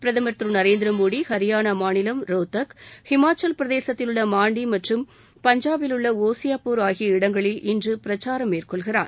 பிரதமர் திரு நரேந்திர மோடி ஹரியானா மாநிலம் ரோத்தக் ஹிமாச்சலப் பிரதேசத்திலுள்ள மாண்டி மற்றும் பஞ்சாபிலுள்ள ஒசியாப்பூர் ஆகிய இடங்களில் இன்று பிரச்சாரம் மேற்கொள்கிறார்